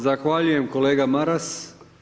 Zahvaljujem kolega Maras.